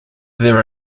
there